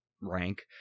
rank